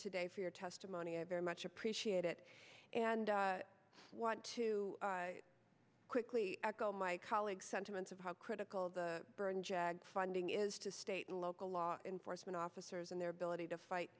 for your testimony i very much appreciate it and i want to quickly echo my colleagues sentiments of how critical the burn jag finding is to state and local law enforcement officers and their ability to fight